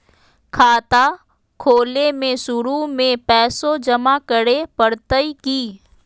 खाता खोले में शुरू में पैसो जमा करे पड़तई की?